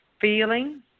feeling